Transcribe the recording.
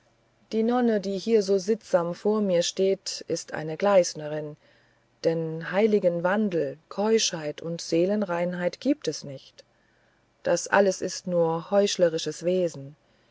die nonne die hier so sittsam vor mir steht ist eine gleißnerin denn heiligen wandel keuschheit und seelenreinheit gibt es nicht das alles ist nur heuchlerisches wesen